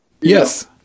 Yes